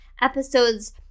episodes